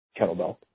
kettlebell